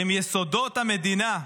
שהן מיסודות המדינה,